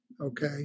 okay